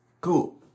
Cool